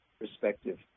perspective